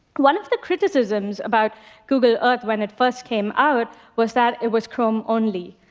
one of the criticisms about google earth when it first came out was that it was chrome-only.